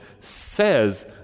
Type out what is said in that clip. says